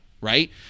right